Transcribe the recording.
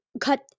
Cut